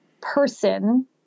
person